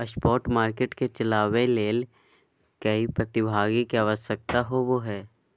spot market के चलावय ले कई प्रतिभागी के आवश्यकता होबो हइ